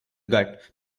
gut